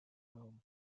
home